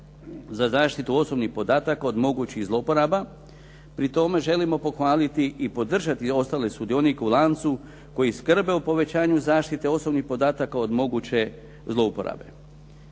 za zaštitu osobnih podataka od mogućih zlouporaba. Pri tome želimo pohvaliti i podržati ostale sudionike u lancu koji skrbe o povećanju zaštite osobnih podataka od moguće zlouporabe.